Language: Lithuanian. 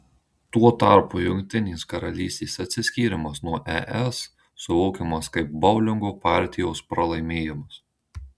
tuo tarpu jungtinės karalystės atsiskyrimas nuo es suvokiamas kaip boulingo partijos pralaimėjimas